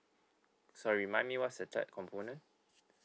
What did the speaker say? sorry mind me what's the third component